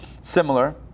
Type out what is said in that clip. Similar